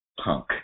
Punk